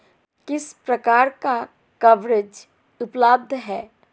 किस प्रकार का कवरेज उपलब्ध है?